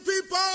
people